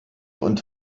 und